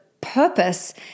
purpose